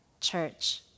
church